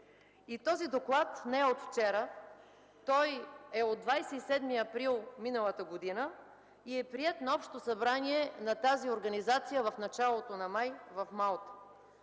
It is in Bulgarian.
Този доклад не е от вчера. Той е от 27 април миналата година и е приет на общо събрание на тази организация в началото на месец май в Малта.